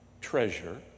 treasure